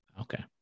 Okay